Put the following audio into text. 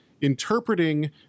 interpreting